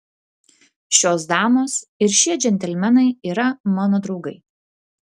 šios damos ir šie džentelmenai yra mano draugai